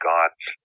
God's